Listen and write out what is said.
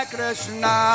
Krishna